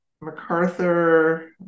MacArthur